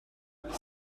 c’est